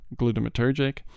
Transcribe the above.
glutamatergic